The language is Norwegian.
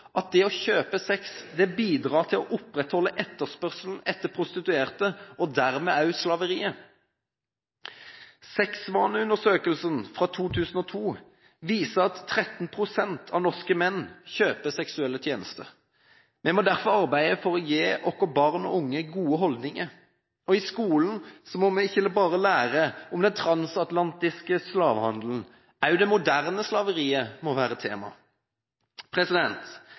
at det å kjøpe sex bidrar til å opprettholde etterspørselen etter prostituerte og dermed også slaveriet. Seksualvaneundersøkelsen fra 2002 viser at 13 pst. av norske menn kjøper seksuelle tjenester. Vi må derfor arbeide for å gi våre barn og unge gode holdninger, og i skolen må vi ikke bare lære om den transatlantiske slavehandelen, også det moderne slaveriet må være tema.